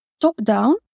top-down